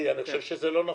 כי אני חושב שזה לא נכון.